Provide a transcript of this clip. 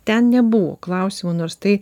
ten nebuvo klausimo nors tai